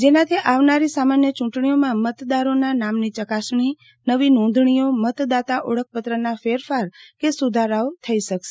જેનાથી આવનારી સામાન્ય ચૂંટણીઓમાં મતદારોના નામની ચકાસણી નવી નોંધણીઓ મતદાતા ઓળખપત્રના ફેરફાર કે સુધારાઓ થઈ શકશે